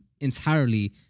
entirely